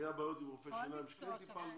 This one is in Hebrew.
היו בעיות עם רופאי שיניים בהם טיפלנו.